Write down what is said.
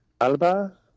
Alba